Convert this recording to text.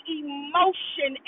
emotion